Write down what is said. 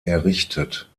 errichtet